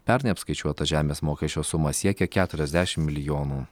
pernai apskaičiuota žemės mokesčio suma siekia keturiasdešimt milijonų